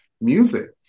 music